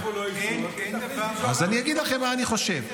אין דבר ------ אז אני אגיד לכם מה אני חושב.